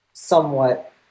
Somewhat